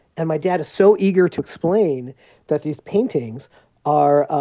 and my dad is so eager to explain that these paintings are ah